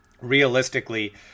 realistically